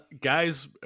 Guys